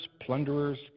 plunderers